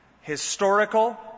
historical